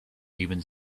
even